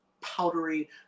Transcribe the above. powdery